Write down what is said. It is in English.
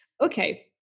Okay